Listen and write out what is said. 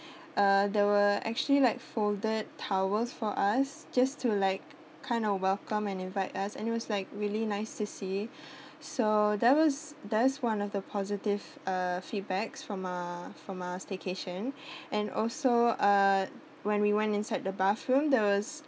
uh there were uh actually like folded towels for us just to like kind of welcome and invite us and it was like really nice to see so there was that was one of the positive uh feedback from uh from our staycation and also uh when we went inside the bathroom there was